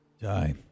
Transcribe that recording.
Die